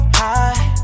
high